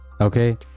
Okay